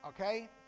okay